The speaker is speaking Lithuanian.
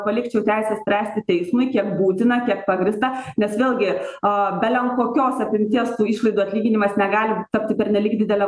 palikčiau teisę spręsti teismui kiek būtina kiek pagrįsta nes vėlgi a belenkokios apimties tų išlaidų atlyginimas negali tapti pernelyg didele